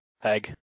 Peg